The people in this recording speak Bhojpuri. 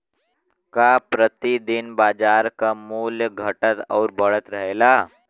का प्रति दिन बाजार क मूल्य घटत और बढ़त रहेला?